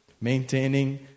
Maintaining